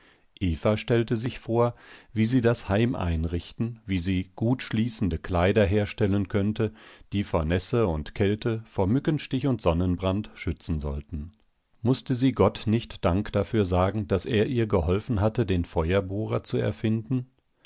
eva stellte sich vor wie sie das heim einrichten wie sie gutschließende kleider herstellen könnte die vor nässe und kälte vor mückenstich und sonnenbrand schützen sollten mußte sie gott nicht dank dafür sagen daß er ihr geholfen hatte den feuerbohrer zu erfinden